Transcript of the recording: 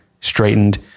straightened